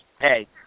hey